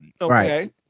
Okay